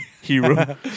hero